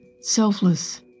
selfless